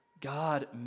God